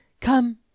Come